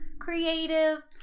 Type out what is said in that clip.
creative